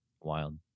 wild